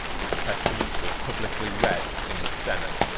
his testament was publicly read in the senate.